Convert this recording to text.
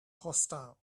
hostile